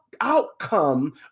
outcome